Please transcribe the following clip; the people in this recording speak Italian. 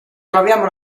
troviamo